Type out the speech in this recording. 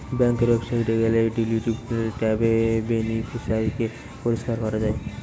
বেংকের ওয়েবসাইটে গেলে ডিলিট ট্যাবে বেনিফিশিয়ারি কে পরিষ্কার করা যায়